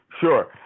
Sure